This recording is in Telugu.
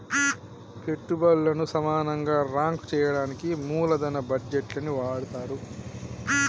పెట్టుబల్లను సమానంగా రాంక్ చెయ్యడానికి మూలదన బడ్జేట్లని వాడతరు